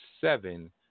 seven